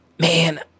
man